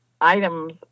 items